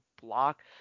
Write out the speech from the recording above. block